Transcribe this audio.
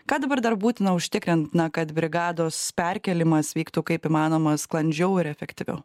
ką dabar dar būtina užtikrint na kad brigados perkėlimas vyktų kaip įmanoma sklandžiau ir efektyviau